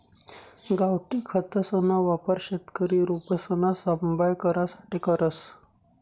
गावठी खतसना वापर शेतकरी रोपसना सांभाय करासाठे करस